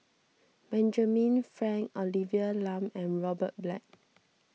Benjamin Frank Olivia Lum and Robert Black